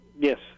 Yes